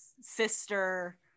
sister